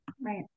Right